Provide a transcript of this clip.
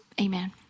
amen